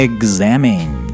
Examine